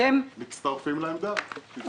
מצטרפים לעמדת משרד המשפטים.